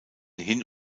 hin